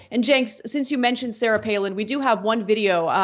and cenk, since you mentioned sarah palin. we do have one video.